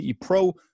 pro